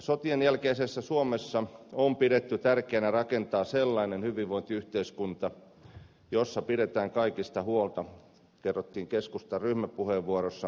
sotien jälkeisessä suomessa on pidetty tärkeänä rakentaa sellainen hyvinvointiyhteiskunta jossa pidetään kaikista huolta kerrottiin keskustan ryhmäpuheenvuorossa